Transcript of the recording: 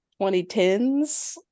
2010s